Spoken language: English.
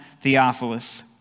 Theophilus